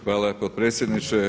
Hvala potredsjedniče.